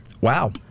Wow